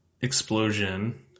explosion